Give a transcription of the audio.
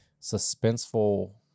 suspenseful